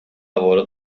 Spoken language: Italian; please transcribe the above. lavoro